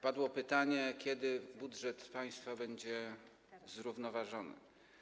Padło pytanie, kiedy budżet państwa będzie zrównoważony.